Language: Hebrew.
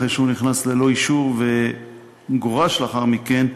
אחרי שהוא נכנס ללא אישור וגורש לאחר מכן,